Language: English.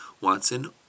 Watson